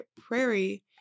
Prairie